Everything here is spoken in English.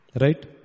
Right